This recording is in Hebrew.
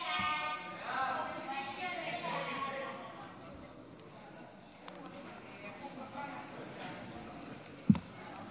חוק הגנת הסביבה (ייעול הליכי רישוי סביבתי) (תיקוני